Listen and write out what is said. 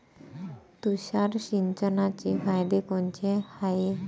तुषार सिंचनाचे फायदे कोनचे हाये?